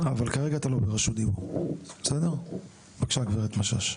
בבקשה, גברת משש.